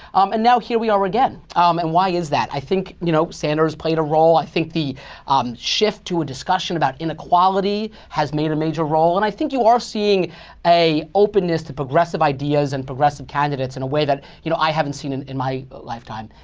um and now here we are again. um and why is that? i think, you know sanders played a role. i think the um shift to a discussion about inequality has played a major role. and i think you are seeing a openness to progressive ideas and progressive candidates in a way that you know i haven't seen in in my lifetime.